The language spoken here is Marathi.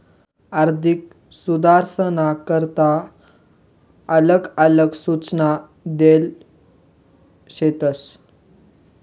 आर्थिक सुधारसना करता आलग आलग सूचना देल शेतस